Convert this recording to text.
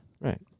Right